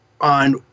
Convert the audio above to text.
on